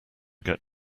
get